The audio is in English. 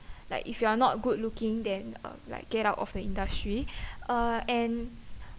like if you are not good looking than uh like get out of the industry uh and